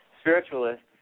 spiritualists